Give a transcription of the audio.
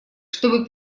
чтобы